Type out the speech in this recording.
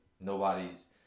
nobody's